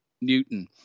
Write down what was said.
Newton